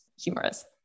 humorous